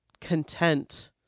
content